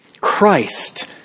Christ